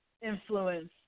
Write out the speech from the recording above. influence